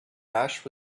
ash